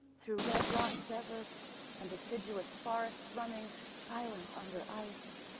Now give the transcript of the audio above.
through red rock desert and deciduous forests, running silent under ice,